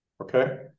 okay